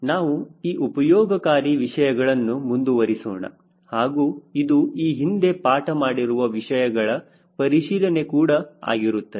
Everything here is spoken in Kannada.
ನಾವು ಈ ಉಪಯೋಗಕಾರಿ ವಿಷಯಗಳನ್ನು ಮುಂದುವರಿಸೋಣ ಹಾಗೂ ಇದು ಈ ಹಿಂದೆ ಪಾಠ ಮಾಡಿರುವ ವಿಷಯಗಳ ಪರಿಶೀಲನೆ ಕೂಡ ಆಗಿರುತ್ತದೆ